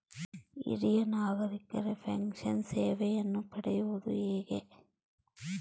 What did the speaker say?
ಹಿರಿಯ ನಾಗರಿಕರಿಗೆ ಪೆನ್ಷನ್ ಸೇವೆಯನ್ನು ಪಡೆಯುವುದು ಹೇಗೆ?